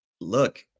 look